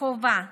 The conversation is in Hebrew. חובה